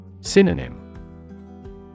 Synonym